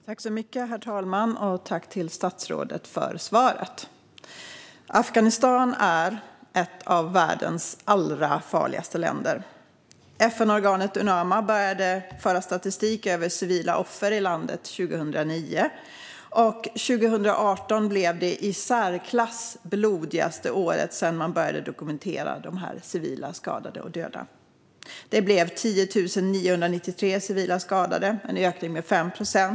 Herr ålderspresident! Tack, statsrådet, för svaret! Afghanistan är ett av världens allra farligaste länder. FN-organet Unama började föra statistik över civila offer i landet 2009. År 2018 blev det i särklass blodigaste året sedan man började dokumentera antalet civila skadade och döda. Det blev 10 993 civila skadade - en ökning med 5 procent.